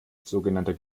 sogenannter